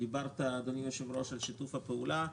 דיברת על שיתוף הפעולה,